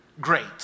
great